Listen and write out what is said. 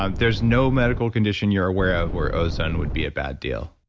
ah there's no medical condition you're aware of where ozone would be a bad deal?